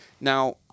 now